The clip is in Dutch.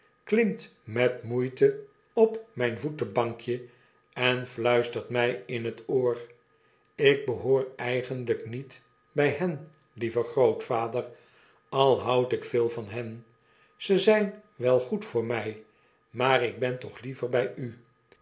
klimt met moeite op mijn voetbankje en fiuistert mij in het oor ik behoor eigenlijk niet bij hen lieve grootvader al houd ik veel van hen ze zijn wel goed voor mij maar ik ben toch liever bij u